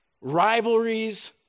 rivalries